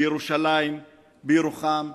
בירושלים, בירוחם,